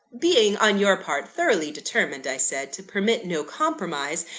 being, on your part, thoroughly determined i said, to permit no compromise,